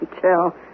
tell